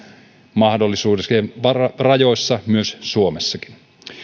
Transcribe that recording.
mahdollisuuksien rajoissa suomessakin